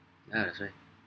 yeah that's why